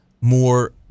more